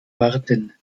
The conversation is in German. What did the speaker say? warten